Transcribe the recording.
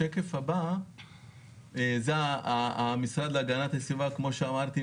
השקף הבא זה המשרד להגנת הסביבה כפי שאמרתי,